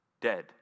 dead